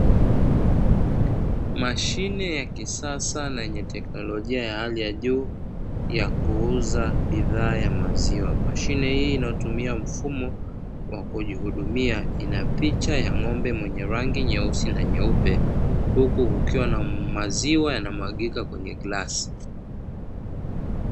Mashine ya kisasa na yenye teknolojia ya hali ya juu ya kuuza bidhaa ya maziwa, mashine hii inayotumia mfumo wa kujihudumia, ina picha ya ng'ombe mwenye rangi nyeusi na nyeupe huku ukiwa na maziwa yanamwagika kwenye glasi.